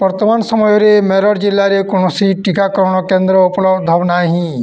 ବର୍ତ୍ତମାନ ସମୟରେ ମେରଠ୍ ଜିଲ୍ଲାରେ କୌଣସି ଟିକାକରଣ କେନ୍ଦ୍ର ଉପଲବ୍ଧ ନାହିଁ